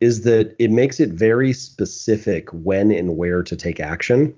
is that it makes it very specific when and where to take action.